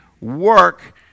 work